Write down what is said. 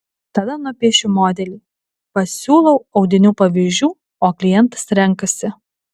tada nupiešiu modelį pasiūlau audinių pavyzdžių o klientas renkasi